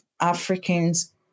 Africans